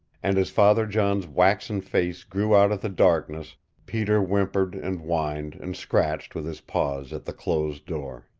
and as father john's waxen face grew out of the darkness peter whimpered and whined and scratched with, his paws at the closed door.